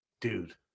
dude